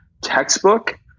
textbook